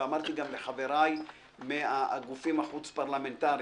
ואמרתי גם לחבריי מהגופים החוץ פרלמנטריים: